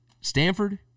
Stanford